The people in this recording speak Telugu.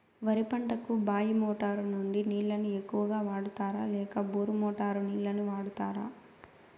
వరి పంటకు బాయి మోటారు నుండి నీళ్ళని ఎక్కువగా వాడుతారా లేక బోరు మోటారు నీళ్ళని వాడుతారా?